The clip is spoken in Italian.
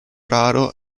raro